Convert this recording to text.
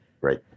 Right